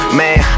man